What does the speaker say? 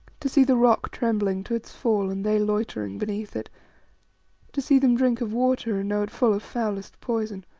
to see the rock trembling to its fall and they loitering beneath it to see them drink of water and know it full of foulest poison